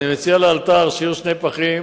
אני מציע לאלתר שיהיו שני פחים,